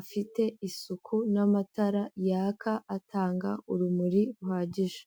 afite isuku n'amatara yaka atanga urumuri ruhagije.